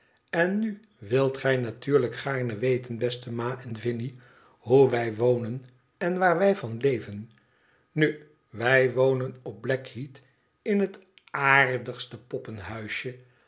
en nu wilt gij natuurlijk gaarne weten beste ma en vinie hoe wij wonen en waar wij van leven nu wij wonen op blackheath in het aar